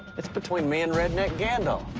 it's between me and redneck gandalf.